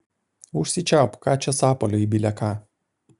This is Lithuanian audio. užsičiaupk ką čia sapalioji bile ką